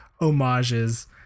homages